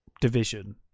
division